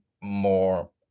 more